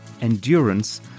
endurance